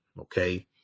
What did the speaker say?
Okay